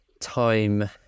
time